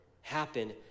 happen